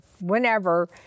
whenever